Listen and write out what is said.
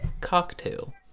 cocktail